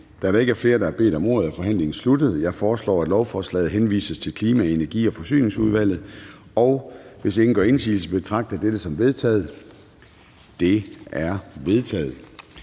Da der ikke er flere, som har bedt om ordet, er forhandlingen sluttet Jeg foreslår, at forslaget til folketingsbeslutning henvises til Klima-, Energi- og Forsyningsudvalget. Hvis ingen gør indsigelse, betragter jeg det som vedtaget. Det er vedtaget.